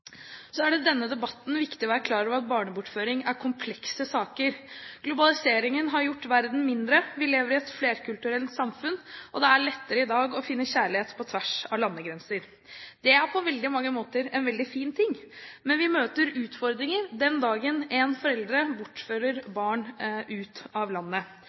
er i denne debatten viktig å være klar over at barnebortføringssaker er komplekse saker. Globaliseringen har gjort verden mindre, vi lever i et flerkulturelt samfunn, og det er lettere i dag å finne kjærlighet på tvers av landegrenser. Det er på veldig mange måter en veldig fin ting, men vi møter utfordringer den dagen en forelder bortfører barnet ut av landet.